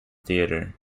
theatre